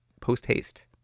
post-haste